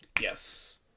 Yes